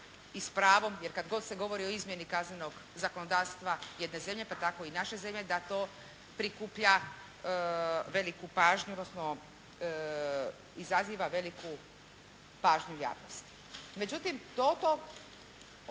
i s pravom jer kad god se govori o izmjeni kaznenog zakonodavstva jedne zemlje pa tako i naše zemlje da to prikuplja veliku pažnju odnosno izaziva veliku pažnju javnosti. Međutim …